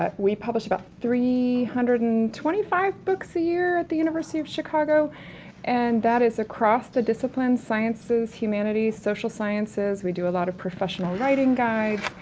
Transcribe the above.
we publish about three hundred and twenty five books a year at the university of chicago and that is across the discipline sciences, humanities, social sciences, we do a lot of professional writing guides,